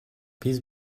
biz